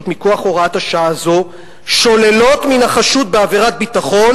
מכוח הוראת השעה למעשה שוללות מן החשוד בעבירת ביטחון